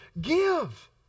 Give